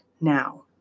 now